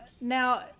Now